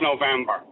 November